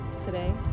today